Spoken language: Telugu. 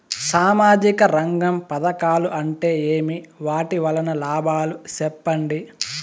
సామాజిక రంగం పథకాలు అంటే ఏమి? వాటి వలన లాభాలు సెప్పండి?